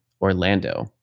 Orlando